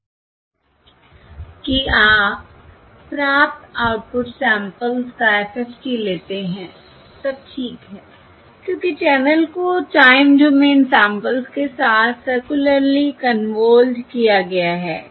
कि आप प्राप्त आउटपुट सैंपल्स का FFT लेते हैं सब ठीक है क्योंकि चैनल को टाइम डोमेन सैंपल्स के साथ सर्कुलरली कन्वॉल्वड किया गया है